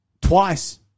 twice